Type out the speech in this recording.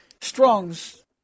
Strong's